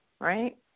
right